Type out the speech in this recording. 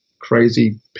crazy